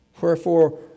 Wherefore